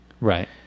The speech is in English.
Right